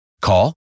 Call